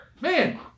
man